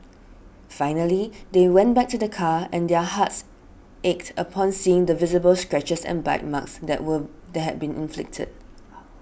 finally they went back to their car and their hearts ached upon seeing the visible scratches and bite marks that were that had been inflicted